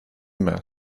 must